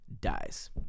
dies